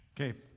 Okay